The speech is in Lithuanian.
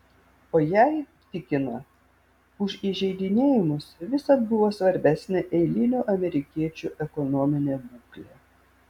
o jai tikina už įžeidinėjimus visad buvo svarbesnė eilinių amerikiečių ekonominė būklė